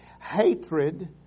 Hatred